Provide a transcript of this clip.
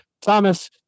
Thomas